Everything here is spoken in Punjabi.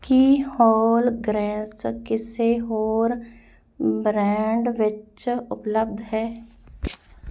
ਕੀ ਹੋਲ ਗ੍ਰੈਂਸ ਕਿਸੇ ਹੋਰ ਬ੍ਰਾਂਡ ਵਿੱਚ ਉਪਲੱਬਧ ਹੈ